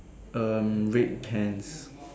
um red pants